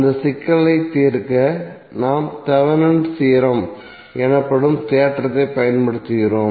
அந்த சிக்கலை தீர்க்க நாம் தேவெனின்'ஸ் தியோரம் Thevenin's theorem எனப்படும் தேற்றத்தைப் பயன்படுத்துகிறோம்